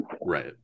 Right